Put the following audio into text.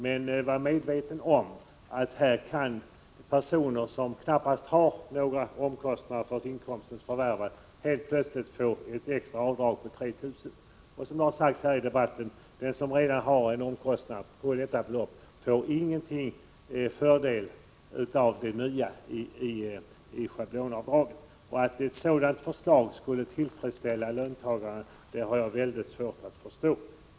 Man skall vara medveten om att personer som knappast har några omkostnader för inkomstens förvärvande helt plötsligt kan få ett extra avdrag på 3 000 kr., medan den som redan har en omkostnad på detta belopp inte, som har sagts tidigare i debatten, får någon fördel av det nya schablonavdraget. Att ett sådant förslag skulle tillfredsställa löntagarna har jag mycket svårt att förstå.